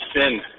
sin